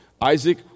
Isaac